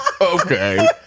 Okay